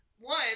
one